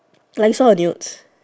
like you saw her nudes